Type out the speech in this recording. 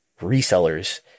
resellers